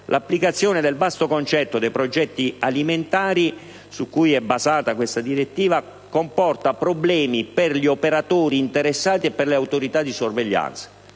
l'applicazione del vasto concetto dei progetti alimentari, su cui è basata questa direttiva, comporta problemi per gli operatori interessati e per le autorità di sorveglianza».